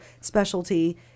specialty